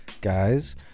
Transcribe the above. Guys